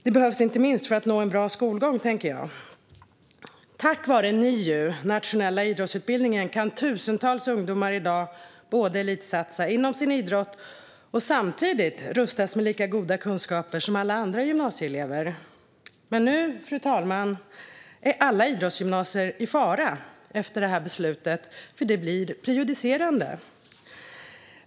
Det behövs inte minst för att få en bra skolgång. Tack vare NIU, nationella idrottsutbildningen, kan tusentals ungdomar i dag elitsatsa inom sin idrott och samtidigt rustas med lika goda kunskaper som alla andra gymnasieelever. Men nu, fru talman, är alla idrottsgymnasier i fara efter det här beslutet som blir prejudicerande.